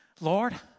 Lord